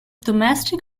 domestic